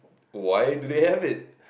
why do they have it